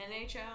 NHL